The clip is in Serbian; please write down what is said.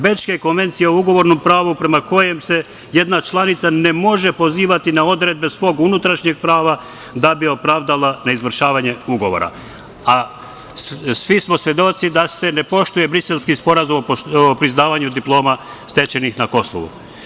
Bečke konvencije o ugovornom pravu, prema kojem se jedna članica ne može pozivati na odredbe svog unutrašnjeg prava da bi opravdala neizvršavanje ugovora, a svi smo svedoci da se ne poštuje Briselski sporazum o priznavanju diploma stečenih na Kosovu.